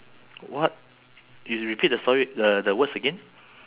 oh maybe we got different card what sounded awesome when